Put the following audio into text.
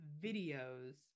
videos